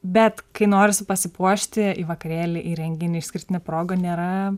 bet kai norisi pasipuošti į vakarėlį į renginį išskirtine proga nėra